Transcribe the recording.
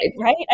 right